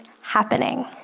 happening